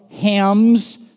Ham's